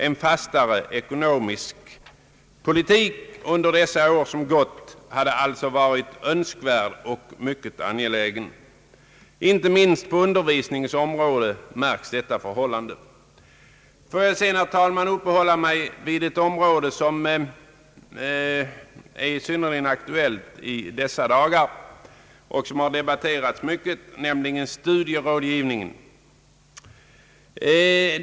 En fastare ekonomisk politik under de år som gått hade alltså varit önskvärd och myc ket angelägen. Inte minst på undervisningens område märks detta förhållande. Jag vill, herr talman, uppehålla mig vid ett område som är synnerligen aktuellt i dessa dagar och som har diskuterats mycket, nämligen studierådgivningen.